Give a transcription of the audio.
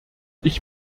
ich